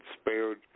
spared